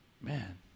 man